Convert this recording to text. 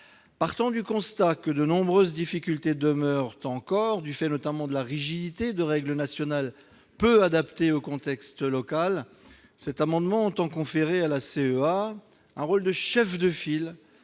Partant du constat que de nombreuses difficultés demeurent encore, du fait notamment de la rigidité de règles nationales peu adaptées au contexte local, le présent amendement tend à conférer à la Collectivité